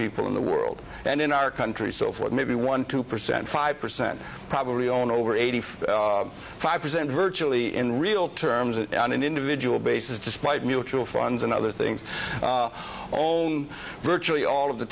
people in the world and in our country so for maybe twelve percent five percent probably only over eighty five percent virtually in real terms on an individual basis despite mutual funds and other things virtually all of the